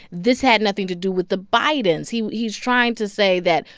this had nothing to do with the bidens. he's he's trying to say that,